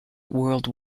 world